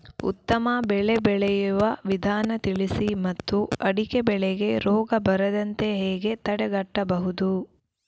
ಉತ್ತಮ ಬೆಳೆ ಬೆಳೆಯುವ ವಿಧಾನ ತಿಳಿಸಿ ಮತ್ತು ಅಡಿಕೆ ಬೆಳೆಗೆ ರೋಗ ಬರದಂತೆ ಹೇಗೆ ತಡೆಗಟ್ಟಬಹುದು?